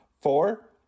Four